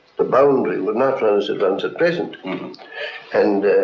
the boundary would not run as it runs at present and